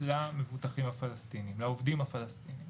למבוטחים הפלסטינים והעובדים הפלסטינים.